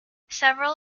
several